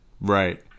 Right